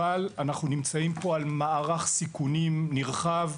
אבל אנחנו נמצאים פה על מערך סיכונים נרחב,